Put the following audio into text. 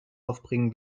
aufbringen